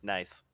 Nice